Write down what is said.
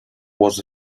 was